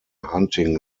hunting